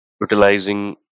utilizing